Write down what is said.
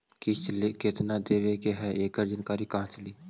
किस्त केत्ना देबे के है एकड़ जानकारी कहा से ली?